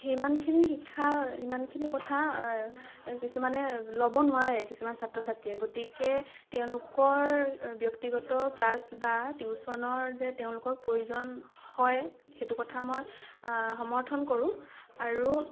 সিমানখিনি শিক্ষা সিমানখিনি কথা কিছুমানে ল'ব নোৱাৰে কিছুমান ছাত্ৰ ছাত্ৰীয়ে গতিকে তেওঁলোকৰ ব্যক্তিগত ক্লাছ বা টিউচনৰ যে তেওঁলোকক প্ৰয়োজন হয় সেইটো কথা মই সমৰ্থন কৰোঁ আৰু